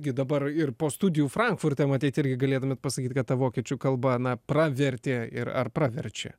gi dabar ir po studijų frankfurte matyt irgi galėtumėt pasakyt kad ta vokiečių kalba na pravertė ir ar praverčia